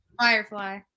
Firefly